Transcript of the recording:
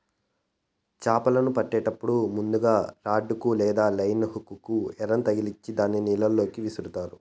చాపలను పట్టేటప్పుడు ముందుగ రాడ్ కు లేదా లైన్ హుక్ కు ఎరను తగిలిచ్చి దానిని నీళ్ళ లోకి విసురుతారు